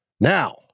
Now